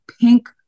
pink